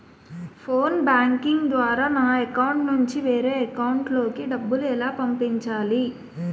Phone banking ద్వారా నా account నుంచి వేరే అకౌంట్ లోకి డబ్బులు ఎలా పంపించాలి?